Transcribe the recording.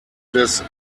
des